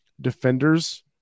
defenders